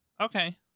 okay